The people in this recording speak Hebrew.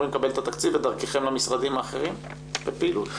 לקבל את התקציב דרככם למשרדים האחרים לפעילות?